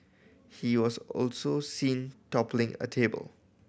he was also seen toppling a table